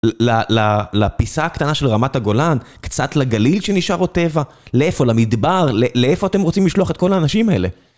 לפיסה הקטנה של רמת הגולן, קצת לגליל שנשאר עוד טבע, לאיפה, למדבר, לאיפה אתם רוצים לשלוח את כל האנשים האלה?